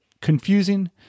confusing